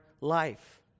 life